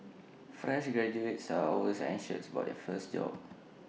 fresh graduates are always anxious about their first job